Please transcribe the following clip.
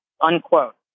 unquote